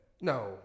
No